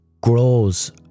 grows